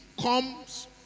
comes